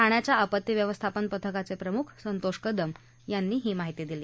ठाण्याच्या आपत्ती व्यवस्थापन पथकाचे प्रमुख संतोष कदम यांनी ही माहिती दिली